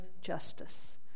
justice